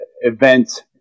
event